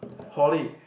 Horlick